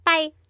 Bye